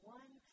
one